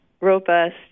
robust